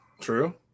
True